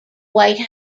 white